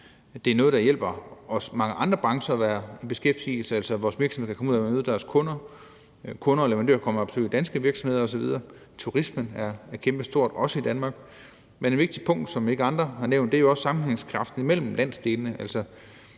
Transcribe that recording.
Det er noget, der hjælper også mange andre brancher med at være i beskæftigelse. Vores virksomheder kan komme ud at møde deres kunder. Kunder og leverandører kommer og besøger danske virksomheder osv. Turisme er kæmpestort, også i Danmark. Men et vigtigt punkt, som ingen andre har nævnt, er sammenhængskraften imellem landsdelene,